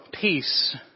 peace